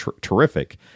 terrific